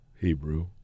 Hebrew